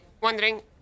wondering